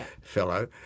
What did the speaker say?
fellow